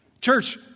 Church